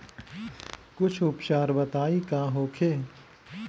कुछ उपचार बताई का होखे?